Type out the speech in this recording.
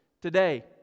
today